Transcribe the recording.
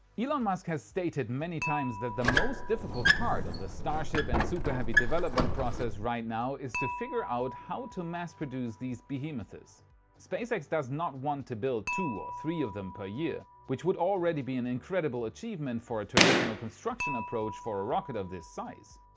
elon musk has stated many times, that the most difficult part of the starship and super heavy development process right now is to figure out, how to mass produce these behemoths. spacex does not want to build two or three of them per year, which would already be an incredible achievement for a traditional construction approach for a rocket this size.